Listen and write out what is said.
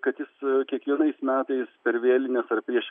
kad jis kiekvienais metais per vėlines ar prieš